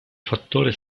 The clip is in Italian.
fattore